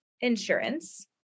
insurance